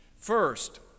First